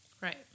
Right